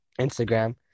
Instagram